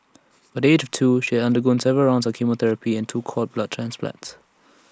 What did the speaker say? by the age of two she had undergone several rounds of chemotherapy and two cord blood transplants